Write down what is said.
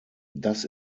das